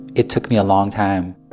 it took me a long time